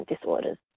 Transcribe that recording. disorders